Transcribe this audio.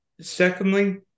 secondly